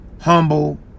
humble